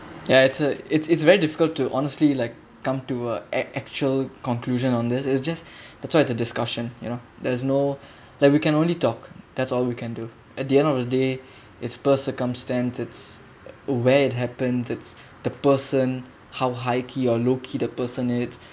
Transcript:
ya it's a it's it's very difficult to honestly like come to ac~ actual conclusion on this it's just that's why it's a discussion you know there's no like we can only talk that's all we can do at the end of the day it's per circumstance it's where it happens it's the person how high key or low key the person it